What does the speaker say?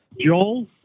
Joel